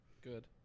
Good